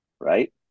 right